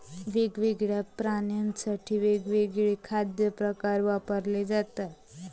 वेगवेगळ्या प्राण्यांसाठी वेगवेगळे खाद्य प्रकार वापरले जातात